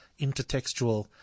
intertextual